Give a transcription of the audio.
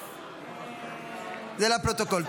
נגד, זה לפרוטוקול.